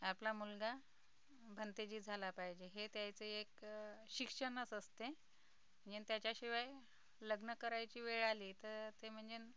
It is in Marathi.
आपला मुलगा भंतेजी झाला पाहिजे हे त्यायचं एक शिक्षणच असते म्हणजे त्याच्याशिवाय लग्न करायची वेळ आली तर ते म्हणजे